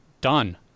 done